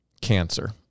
cancer